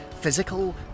physical